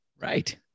right